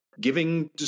giving